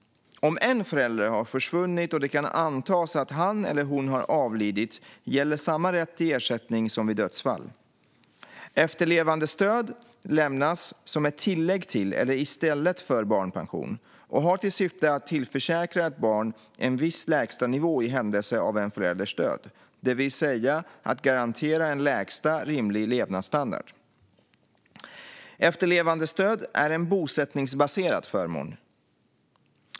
Om en förälder har försvunnit och det kan antas att han eller hon har avlidit gäller samma rätt till ersättning som vid dödsfall. Efterlevandestöd lämnas som ett tillägg till eller i stället för barnpension och har till syfte att tillförsäkra ett barn en viss lägsta nivå i händelse av en förälders död, det vill säga att garantera en lägsta rimlig levnadsstandard. Efterlevandestöd är en bosättningsbaserad förmån.